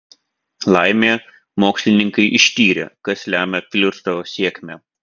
laimė mokslininkai ištyrė kas lemia flirto sėkmę